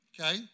okay